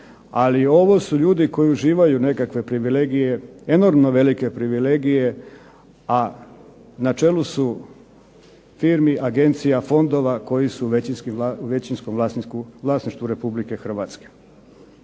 ali ovo su ljudi koji uživaju nekakve privilegije, enormno velike privilegije, a na čelu su firmi, agencija, fondova koji su u većinskom vlasništvu Republike Hrvatske.